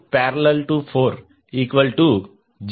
6j1